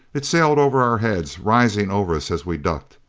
it sailed over our heads, rising over us as we ducked.